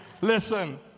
Listen